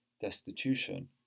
destitution